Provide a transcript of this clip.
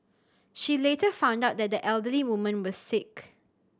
she later found out that the elderly woman was sick